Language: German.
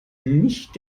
nicht